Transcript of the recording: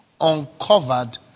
uncovered